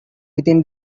within